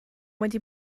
wedi